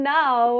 now